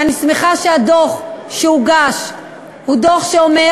ואני שמחה שהדוח שהוגש הוא דוח שאומר